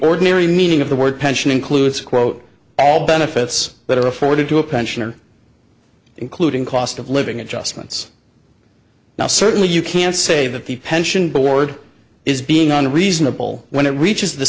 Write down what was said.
ordinary meaning of the word pension includes quote all benefits that are afforded to a pensioner including cost of living adjustments now certainly you can say that the pension board is being on reasonable when it reaches the